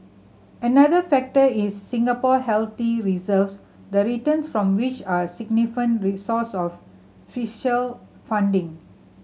another factor is Singapore healthy reserve the returns from which are significant resource of fiscal funding